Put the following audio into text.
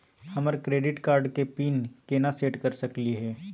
हमर credit card के pin केना सेट कर सकली हे?